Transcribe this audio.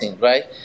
Right